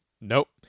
Nope